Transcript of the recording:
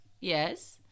Yes